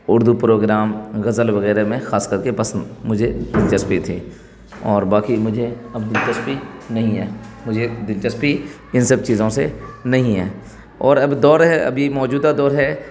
Urdu programme غزل وغیرہ میں خاص کر کے پسند مجھے دلچسپی تھی اور باقی مجھے اب دلچسپی نہیں ہے مجھے دلچسپی ان سب چیزوں سے نہیں ہیں اور اب دور ہے ابھی موجودہ دور ہے